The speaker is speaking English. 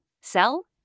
sell